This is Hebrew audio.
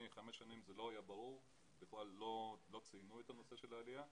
חמש שנים זה לא היה ברור ולא ציינו את נושא העלייה.